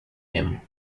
him